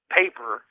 paper